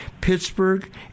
Pittsburgh